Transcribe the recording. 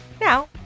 Now